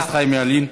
חבר הכנסת חיים ילין.